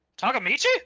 Takamichi